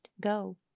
go